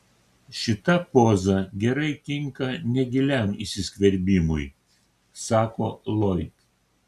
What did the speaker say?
šita poza gerai tinka negiliam įsiskverbimui sako loyd